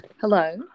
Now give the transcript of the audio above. Hello